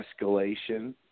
escalation